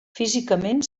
físicament